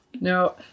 no